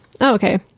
okay